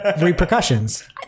repercussions